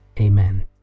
amen